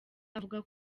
avuga